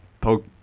poke